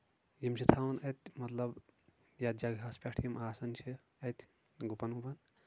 یِم چھِ تھاوان اَتہِ مطلب یَتھ جگہس پٮ۪ٹھ یِم آسان چھِ گُپن وُپن